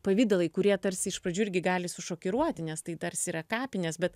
pavidalai kurie tarsi iš pradžių irgi gali sušokiruoti nes tai tarsi yra kapinės bet